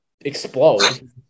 explode